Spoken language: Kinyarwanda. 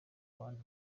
abantu